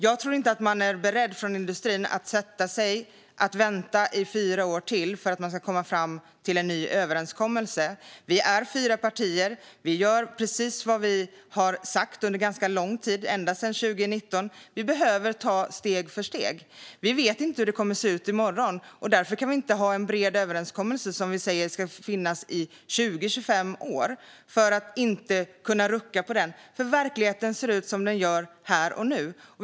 Jag tror inte att industrin är beredd att vänta i fyra år till på att vi ska komma fram till en ny överenskommelse. Vi är fyra partier. Vi gör precis vad vi har sagt under ganska lång tid, ända sedan 2019. Vi behöver ta steg för steg. Vi vet inte hur det kommer att se ut i morgon. Därför kan vi inte ha en bred överenskommelse som vi säger ska finnas i 20-25 år och inte kunna rucka på den, för verkligheten ser ut som den gör här och nu.